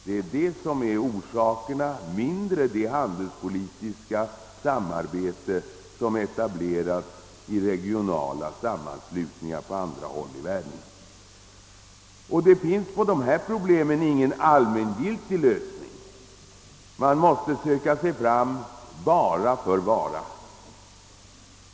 Det är främst detta som är orsaken till problemen och mindre det handelspolitiska samarbete som etablerats i regionala sammanslutningar på andra håll i världen. Någon allmängiltig lösning finns inte på dessa problem. Man måste söka sig fram vara för vara.